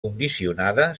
condicionada